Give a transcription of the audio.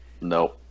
No